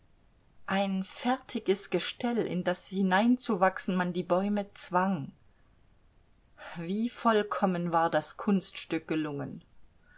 ein fertiges gestell in das hineinzuwachsen man die bäume zwang wie vollkommen war das kunststück gelungen